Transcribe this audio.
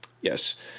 yes